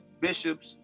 bishops